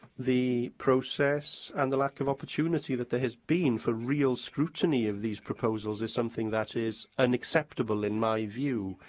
the process and the lack of opportunity that there has been for real scrutiny of these proposals is something that is unacceptable, in my view.